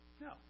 No